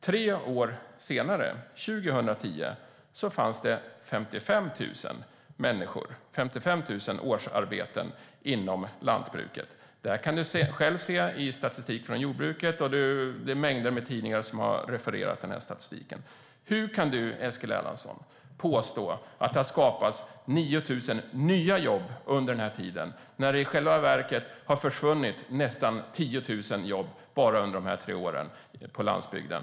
Tre år senare, 2010, var det 55 000 årsarbeten inom lantbruket. Det kan du själv se i statistik om jordbruket. Och det är mängder med tidningar som har refererat den statistiken. Hur kan du, Eskil Erlandsson, påstå att det har skapats 9 000 nya jobb under den här tiden när det i själva verket har försvunnit nästan 10 000 jobb på landsbygden bara under de här tre åren?